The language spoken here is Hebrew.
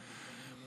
נכון.